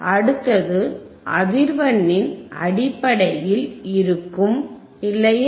அடுத்தது அதிர்வெண்ணின் அடிப்படையில் இருக்கும் இல்லையா